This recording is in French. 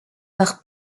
par